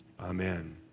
Amen